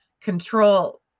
control